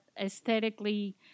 aesthetically